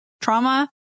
trauma